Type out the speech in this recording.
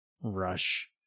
rush